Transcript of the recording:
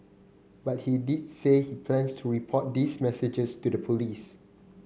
but he did say he plans to report these messages to the police